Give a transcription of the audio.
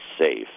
safe